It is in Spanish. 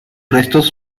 restos